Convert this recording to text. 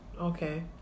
Okay